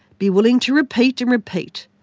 be willing to repeat and repeat.